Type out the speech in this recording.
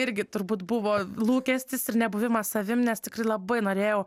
irgi turbūt buvo lūkestis ir nebuvimas savim nes tikrai labai norėjau